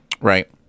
right